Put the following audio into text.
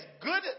good